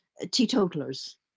teetotalers